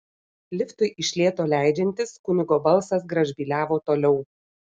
liftui iš lėto leidžiantis kunigo balsas gražbyliavo toliau